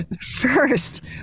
first